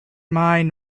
mine